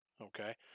okay